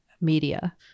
media